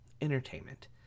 Entertainment